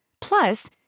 Plus